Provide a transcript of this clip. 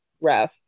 ref